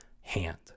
hand